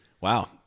Wow